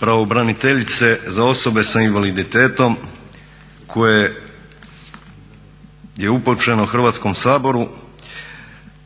pravobranitelje za osobe s invaliditetom koje je upućeno Hrvatskom saboru